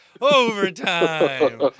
overtime